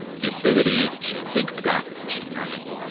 and the ability to link the graph with machine learning